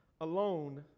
alone